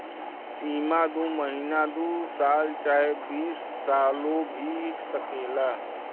सीमा दू महीना दू साल चाहे बीस सालो भी सकेला